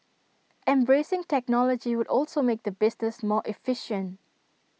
embracing technology would also make the business more efficient